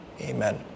amen